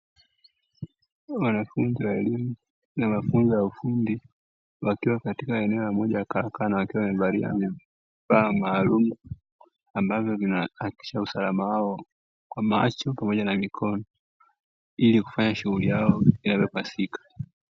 Wanafunzi wa elimu na mafunzo ya ufundi wakiwa katika moja ya eneo la karakana wakiwa wamevalia vifaa maalumu ambavyo vinahakikisha usalama wao kwa macho pamoja na mikono ili kufanya shughulu yao inavyopasika.